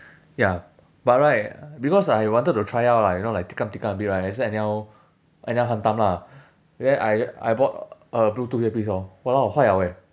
ya but right because I wanted to try out lah you know like tikam tikam a bit right I just anyhow anyhow hantam lah then I I bought a bluetooth earpiece lor !walao! 坏了 leh